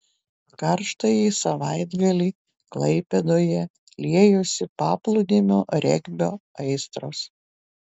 karštąjį savaitgalį klaipėdoje liejosi paplūdimio regbio aistros